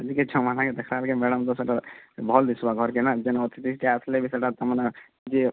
ଆଜିକେ ଛୁଆମାନଙ୍କେ ସାଙ୍ଗେ ଦେଖାହେଲେ କେ ମ୍ୟାଡ଼ମ୍ଙ୍କ ସହିତ ଭଲ ଦିଶବା ଘର୍କେ ନା ଯେନେ ଅତିଥି କିଏ ଆସିଲେ ବି ସେଇଟା ତା'ମାନେ ଇଏ